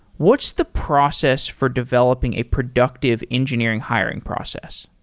what's the process for developing a productive engineering hiring process?